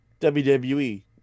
WWE